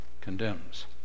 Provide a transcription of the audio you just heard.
condemns